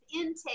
intake